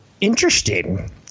interesting